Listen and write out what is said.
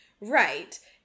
right